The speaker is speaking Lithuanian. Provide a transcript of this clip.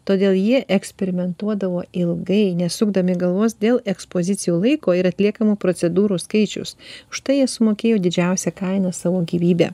todėl jie eksperimentuodavo ilgai nesukdami galvos dėl ekspozicijų laiko ir atliekamų procedūrų skaičius už tai jie sumokėjo didžiausią kainą savo gyvybę